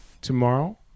tomorrow